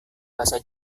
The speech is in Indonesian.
bahasa